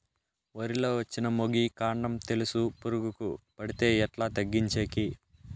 వరి లో వచ్చిన మొగి, కాండం తెలుసు పురుగుకు పడితే ఎట్లా తగ్గించేకి?